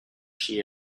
she